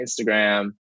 Instagram